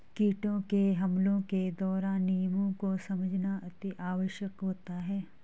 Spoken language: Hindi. कीटों के हमलों के दौरान नियमों को समझना अति आवश्यक होता है